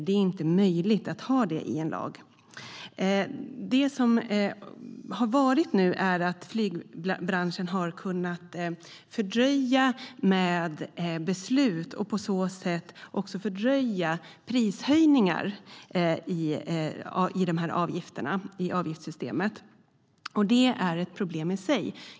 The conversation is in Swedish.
Det är inte möjligt att ha det med i en lag. Hittills har flygbranschen kunnat fördröja beslut och på så sätt också fördröja prishöjningar i avgiftssystemet. Det är ett problem i sig.